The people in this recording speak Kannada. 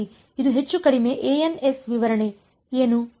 ವಿದ್ಯಾರ್ಥಿ ಇದು ಹೆಚ್ಚುಕಡಿಮೆ ans ವಿವರಣೆ ಏನು